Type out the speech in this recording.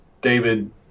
David